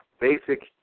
basic